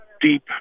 deep